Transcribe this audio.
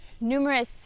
numerous